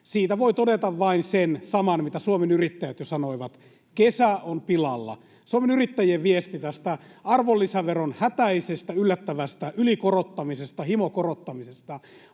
Siitä voi todeta vain sen saman, mitä Suomen Yrittäjät jo sanoivat: kesä on pilalla. Suomen Yrittäjien viesti tästä arvonlisäveron hätäisestä, yllättävästä ylikorottamisesta, himokorottamisesta,